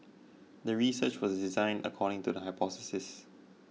the research was designed according to the hypothesis